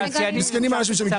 מסכנים האנשים שמגיעים לשם.